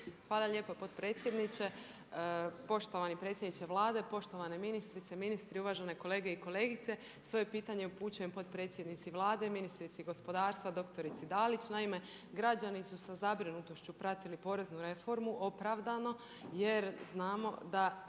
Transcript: Hvala lijepo potpredsjedniče. Poštovani predsjedniče Vlade, poštovane ministrice, ministri, uvažene kolege i kolegice svoje pitanje upućujem potpredsjednici Vlade, ministrici gospodarstva doktorici Dalić. Naime, građani su sa zabrinutošću pratili poreznu reformu opravdano jer znamo da